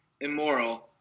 immoral